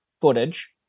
footage